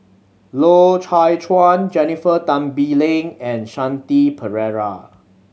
Loy Chye Chuan Jennifer Tan Bee Leng and Shanti Pereira